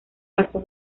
pasó